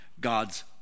God's